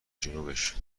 جنوبش